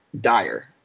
dire